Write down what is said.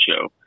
show